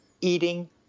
eating